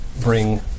bring